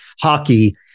Hockey